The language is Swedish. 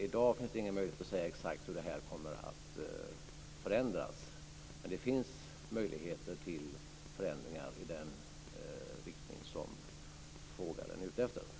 I dag finns det ingen möjlighet att säga exakt hur det här kommer att förändras, men det finns möjligheter till förändringar i den riktning som frågaren är ute efter.